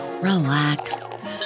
relax